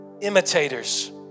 imitators